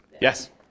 Yes